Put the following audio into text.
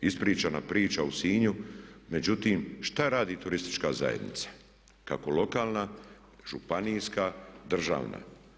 Ispričana je priča u Sinju, međutim što radi Turistička zajednica, kako lokalna, županijska, državna?